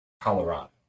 Colorado